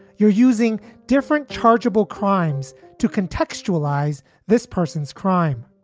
you're using different chargeable crimes to contextualize this person's crime